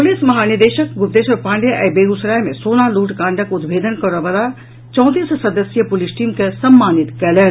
police महानिदेशक गुप्तेश्वर पाण्डेय आई बेगूसराय मे सोना लूट कांडक उद्भेदन करय वाला चौंतीस सदस्यीय पुलिस टीम के सम्मानित कयलनि